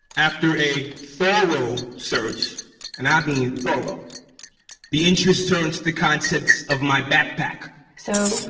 after a thorough search and i mean thorough the interest turns to the contents of my backpack so,